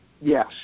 Yes